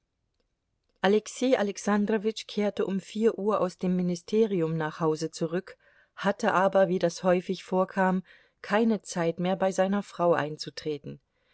alexei alexandrowitsch kehrte um vier uhr aus dem ministerium nach hause zurück hatte aber wie das häufig vorkam keine zeit mehr bei seiner frau einzutreten